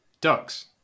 Ducks